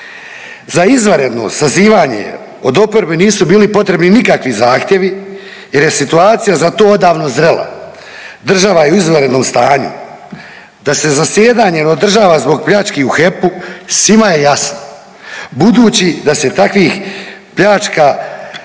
Za izvanredno sazivanje od oporbe nisu bili potrebni nikakvi zahtjevi jer je situacija za to odavno zrela, država je u izvanrednom stanju, da se zasjedanje održava zbog pljački u HEP-u svima je jasno, budući da se takvih pljačka